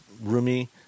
roomy